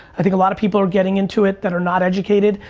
i think a lot of people are getting into it that are not educated.